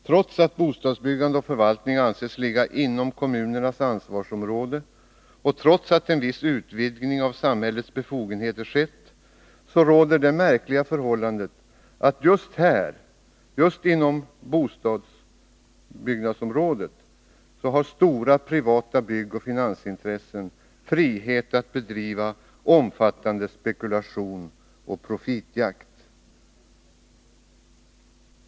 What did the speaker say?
Trots att bostadsbyggande och förvaltning anses ligga inom kommunernas ansvarsområde och trots att en viss utvidgning av samhällets befogenheter skett, råder det märkliga förhållandet att just inom bostadsbyggnadsområdet stora privata byggoch finansintressen har frihet att bedriva omfattande spekulation och profitjakt.